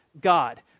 God